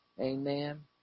amen